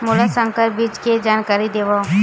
मोला संकर बीज के जानकारी देवो?